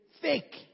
Fake